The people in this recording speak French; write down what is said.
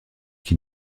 qui